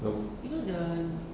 no